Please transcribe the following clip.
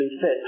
fit